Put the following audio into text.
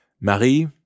Marie